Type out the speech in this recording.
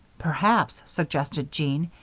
perhaps, suggested jean,